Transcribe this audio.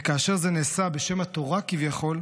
וכאשר זה נעשה בשם התורה, כביכול,